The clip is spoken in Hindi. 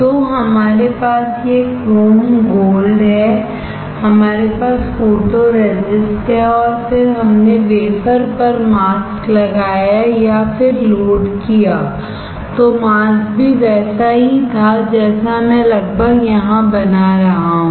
तो हमारे पास यह क्रोम गोल्ड है हमारे पास फोटोरेजिस्ट है और फिर हमने वेफर पर मास्क लगाया या फिर लोड किया तो मास्क भी वैसा ही था जैसा मैं लगभग यहां बना रहा हूँ